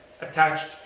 attached